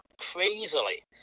Crazily